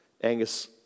Angus